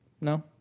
No